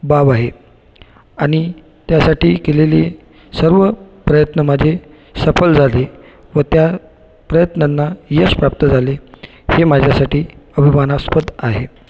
बाब आहे आणि त्यासाठी केलेली सर्व प्रयत्न माझे सफल झाले व त्या प्रयत्नांना यश प्राप्त झाले हे माझ्यासाठी अभिमानास्पद आहे